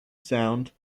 sound